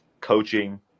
coaching